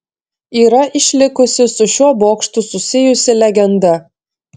yra išlikusi su šiuo bokštu susijusi legenda